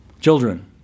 Children